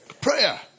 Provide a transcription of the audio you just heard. Prayer